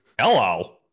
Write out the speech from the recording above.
Hello